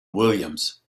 williams